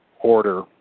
order